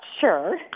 sure